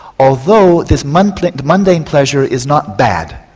although this mundane like mundane pleasure is not bad,